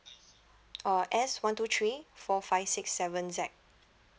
uh S one two three four five six seven Z